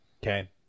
Okay